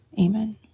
amen